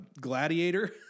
gladiator